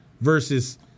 versus